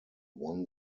won